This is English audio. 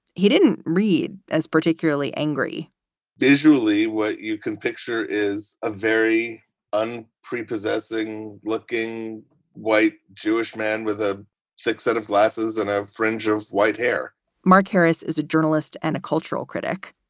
he didn't read as particularly angry visually, what you can picture is a very un prepossessing looking white jewish man with a thick set of glasses and a a fringe of white hair mark harris is a journalist and a cultural critic.